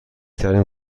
ترین